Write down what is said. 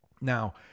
now